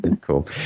cool